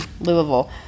Louisville